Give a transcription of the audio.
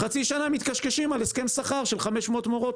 חצי שנה מתקשקשים על הסכם שכר של 500 מורות